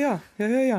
jo jo jo jo